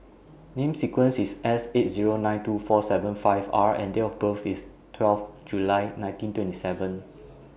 Number sequence IS S eight Zero nine two four seven five R and Date of birth IS twelve July nineteen twenty seven